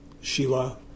shila